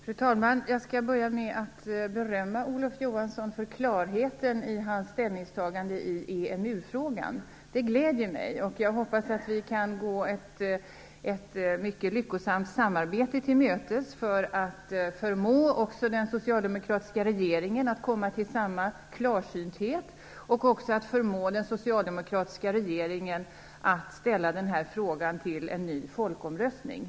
Fru talman! Jag skall börja med att berömma Olof Johansson för klarheten i hans ställningstagande i EMU-frågan. Det gläder mig. Jag hoppas att vi kan gå ett mycket lyckosamt samarbete till mötes för att förmå den socialdemokratiska regeringen att komma till samma klarsyn och ställa den här frågan till folkomröstning.